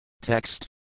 Text